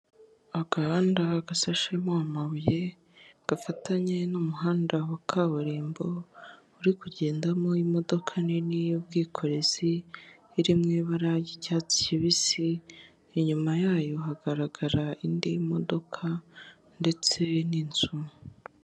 Agahanda gasashemo amabuye gafatanye n'umuhanda wa kaburimbo, uri kugendamo imodoka nini y'ubwikorezi iri mu ibara ry'icyatsi kibisi, inyuma yayo hagaragara indi modoka ndetse n'inzu.